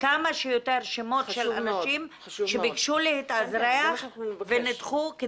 כמה שיותר שמות של אנשים שביקשו להתאזרח ונדחו,